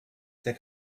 der